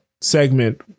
segment